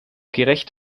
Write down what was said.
gerecht